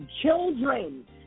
children